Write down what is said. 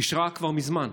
אישרה כבר מזמן.